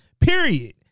period